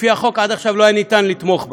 לפי החוק עד עכשיו לא היה אפשר לתמוך בה.